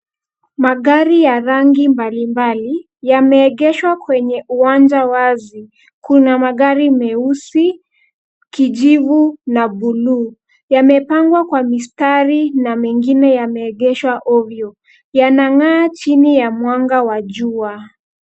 Magari ya rangi mbalimbali yameegeshwa kwenye uwanja wazi. Kuna magari meusi, kijivu na buluu yamepangwa kwa mistari na mengine yameegeshwa ovyo. Yanang'aa chini ya mhanga wa jua.